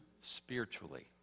spiritually